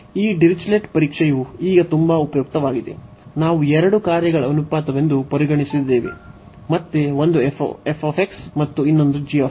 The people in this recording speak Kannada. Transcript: ಈ ಡಿರಿಚ್ಲೆಟ್ ಪರೀಕ್ಷೆಯು ಈಗ ತುಂಬಾ ಉಪಯುಕ್ತವಾಗಿದೆ ನಾವು ಎರಡು ಕಾರ್ಯಗಳ ಅನುಪಾತವೆಂದು ಪರಿಗಣಿಸಿದ್ದೇವೆ ಮತ್ತೆ ಒಂದು f ಮತ್ತು ಇನ್ನೊಂದು g